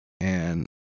and-